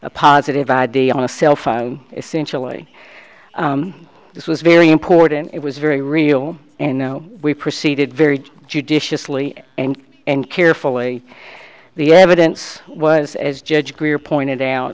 a positive id on a cell phone essentially this was very important it was very real and no we proceeded very judiciously and and carefully the evidence was as judge greer pointed out